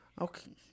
Okay